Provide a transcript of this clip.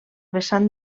vessant